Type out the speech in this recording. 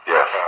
Yes